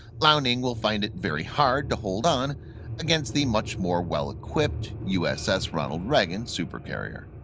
liaoning will find it very hard to hold on against the much more well equipped uss ronald reagan supercarrier.